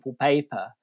paper